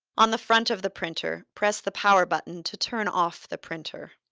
on the front of the printer, press the power button to turn off the printer.